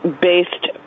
based